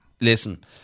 Listen